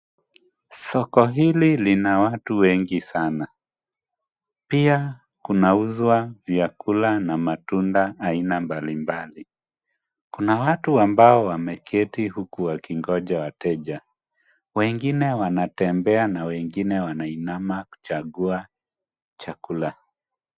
Soko hili lina watu wengi sana, pia kunauzwa vyakula na matunda aina mbalimbali. Kuna watu ambao wameketi huku wakingoja wateja, wengine wanatembea na wengine wanainama kuchagua chakula.